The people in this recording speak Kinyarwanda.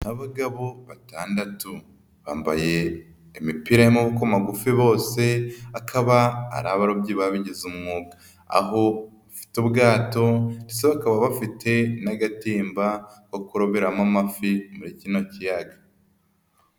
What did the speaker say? Abagabo batandatu bambaye imipira y'amaboko magufi bose akaba ari abarobyi babigize umwuga, aho bafite ubwato ndetse bakaba bafite n'agatimba ko kuroberamo amafi muri kino kiyaga.